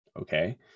Okay